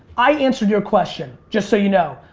i answered your question just so you know.